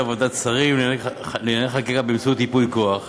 בוועדת השרים לענייני חקיקה באמצעות ייפוי כוח.